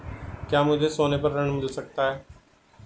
क्या मुझे सोने पर ऋण मिल सकता है?